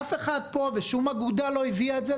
אף אחד פה ושום אגודה לא הביאה את זה,